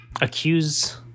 accuse